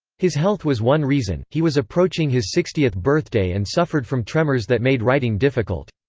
his health was one reason he was approaching his sixtieth birthday and suffered from tremors that made writing difficult.